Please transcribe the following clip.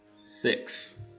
Six